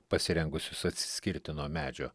pasirengusius atsiskirti nuo medžio